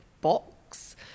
box